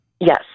Yes